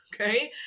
okay